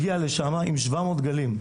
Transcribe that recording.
הגיע לשם עם שבע מאות דגלים.